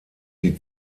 die